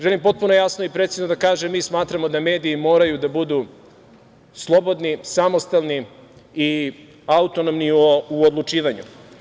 Želim potpuno jasno i precizno da kažem – mi smatramo da mediji moraju da budu slobodni, samostalni i autonomni u odlučivanju.